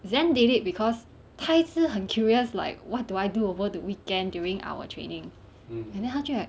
zen did it because 他一直很 curious like what do I do over the weekend during our training and then 他就 like